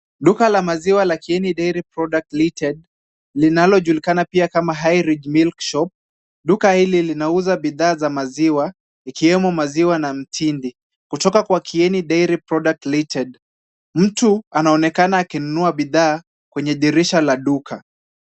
Duka la maziwa la Kieni Dairy Products Limited linalojulikana pia kama Highridge milk sshop , duka hili linauza bidhaa za maziwa ikiwemo maziwa na mtindi. Kutoka kwa Kieni Dairy Products Limited, mtu anaonekana akinunua bidhaa kwenye dirisha la duka.